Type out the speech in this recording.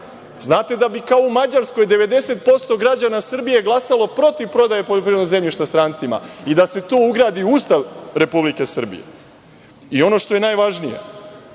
znate da bi kao u Mađarskoj 90% građana Srbije glasalo protiv prodaje poljoprivrednog zemljišta strancima i da se to ugradi u Ustav Republike Srbije. Ono što je najvažnije,